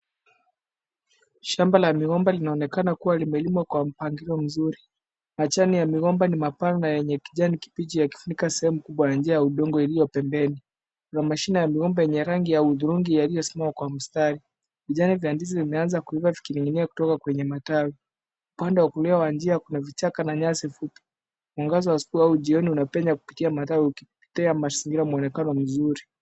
Shamba la migomba linaonekana kuwa limelimwa kwa mpangilio mzuri. Majani ya migomba ni mapana na yenye rangi ya kiijani kibichi yakifunika sehemu kubwa ya njia ya udongo iliyo pembeni. Kuna mashine ya migomba yenye rangi ya hudhurungi yaliyosimama kwa mistari. Vijani vya ndizi zimeanza kuiva zikining'inia kutoka kwenye matawi. Upande wa kulia wa njia Kuna vichaka na nyasi fupi. Mwangaza wa asubuhi au jioni unapenya kupitia matawi ukipatia mazingira mwonekano mzuri.